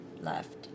left